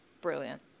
brilliant